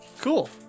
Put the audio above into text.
cool